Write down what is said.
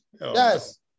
Yes